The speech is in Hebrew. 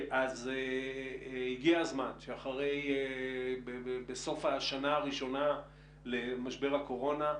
אז הגיע הזמן שבסוף השנה הראשונה למשבר הקורונה,